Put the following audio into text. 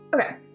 Okay